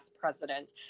president